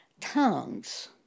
tongues